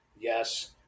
yes